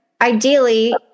ideally